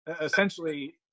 essentially